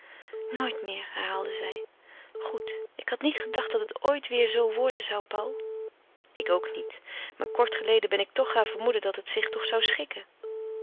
nooit meer herhaalde zij goed ik had niet gedacht dat het ooit weêr zoo worden zou paul ik ook niet maar kort geleden ben ik toch gaan vermoeden dat het zich nog zou schikken